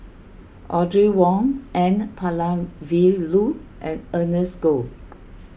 Audrey Wong N Palanivelu and Ernest Goh